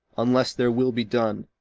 unless their will be done,